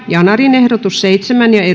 yanarin ehdotus seitsemän